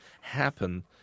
happen